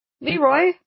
Leroy